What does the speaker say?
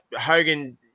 hogan